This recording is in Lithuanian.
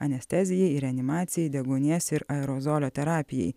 anestezijai reanimacijai deguonies ir aerozolio terapijai